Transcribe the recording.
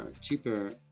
cheaper